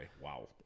wow